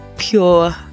pure